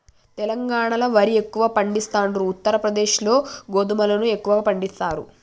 తెలంగాణాల వరి ఎక్కువ పండిస్తాండ్రు, ఉత్తర ప్రదేశ్ లో గోధుమలను ఎక్కువ పండిస్తారు